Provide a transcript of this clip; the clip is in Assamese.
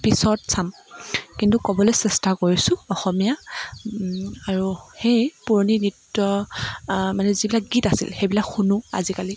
পিছত চাম কিন্তু ক'বলৈ চেষ্টা কৰিছোঁ অসমীয়া আৰু সেয়ে পুৰণি গীতৰ মানে যিবিলাক গীত আছিল সেইবিলাক শুনো আজিকালি